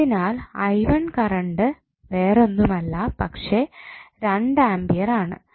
അതിനാൽ കറണ്ട് വേറൊന്നുമല്ല പക്ഷേ രണ്ട് ആമ്പിയർ ആണ്